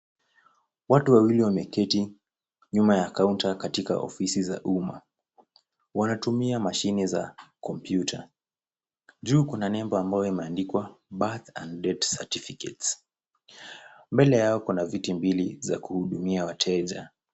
Watu wawili wameketi nyuma ya kaunta katika ofisi za uma. Wanatumia mashini za kompyuta. Juu kuna nembo ambayo imeandikwa birth and death certificates . Mbele yao kuna viti mbili za kuhudumia wateja.